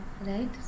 right